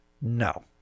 No